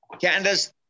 Candace